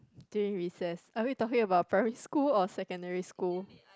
during recess are we talking about primary school or secondary school